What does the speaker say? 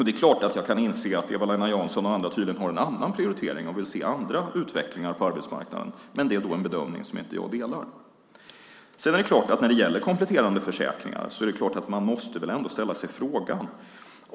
Det är klart att jag kan inse att Eva-Lena Jansson och andra tydligen har en annan prioritering och vill se andra utvecklingar på arbetsmarknaden, men det är en bedömning som jag inte delar. Sedan gällde det kompletterande försäkringar, och då måste man ställa en fråga.